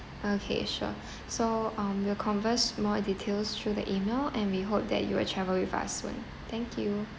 okay sure so um we'll converse more details through the email and we hope that you will travel with us soon thank you